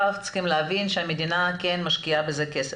צריכים להבין שהמדינה כן משקיעה בזה כסף.